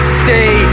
stay